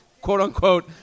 quote-unquote